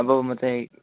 अब म चाहिँ